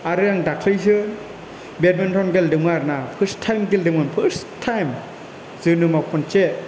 आरो आं दाखालिसो बेदमिन्टन गेलेदोंमोन आरो ना फार्स्ट टाइम गेलेदोंमोन फार्स्ट टाइम जोनोमाव खनसे